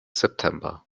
september